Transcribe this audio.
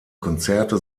konzerte